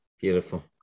Beautiful